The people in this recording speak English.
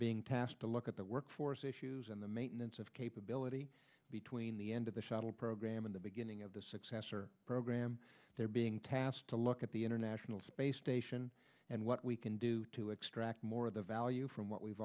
being tasked to look at the workforce issues and the maintenance of capability between the end of the shuttle program in the beginning of the successor program they're being tasked to look at the international space station and what we can do to extract more of the value from what we've